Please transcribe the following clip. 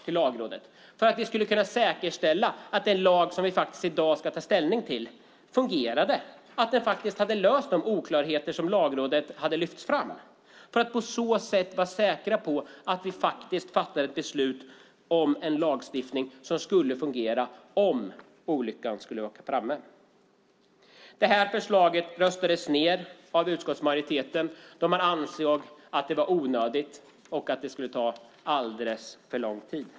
Det var för att vi skulle kunna säkerställa att den lag vi i dag ska ta ställning till faktiskt fungerar och att den har löst de oklarheter Lagrådet lyfte fram. På så sätt skulle vi vara säkra på att vi fattar ett beslut om en lagstiftning som skulle fungera om olyckan skulle vara framme. Detta förslag röstades ned av utskottsmajoriteten då man ansåg att det var onödigt och att det skulle ta alldeles för lång tid.